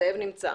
זאב נמצא.